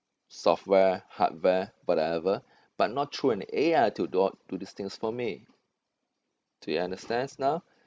software hardware whatever but not through an A_I to do all do these things for me do you understand now